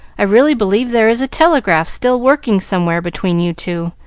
i really believe there is a telegraph still working somewhere between you two,